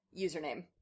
username